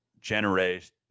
generate